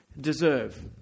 deserve